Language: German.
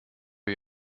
wir